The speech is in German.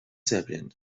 serbien